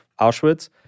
Auschwitz